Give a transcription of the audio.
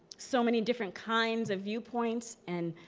so many different kinds of viewpoints. and